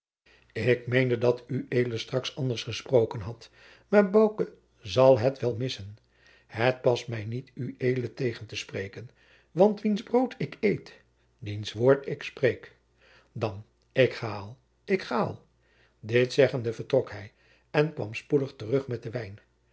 ik meende dat ued straks anders gesproken had maar bouke zal het wel missen het past mij niet ued tegen te spreken want wiens brood ik eet diens woord ik spreek dan ik ga al ik ga al dit zeggende vertrok hij en kwam spoedig terug met den wijn